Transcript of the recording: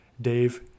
Dave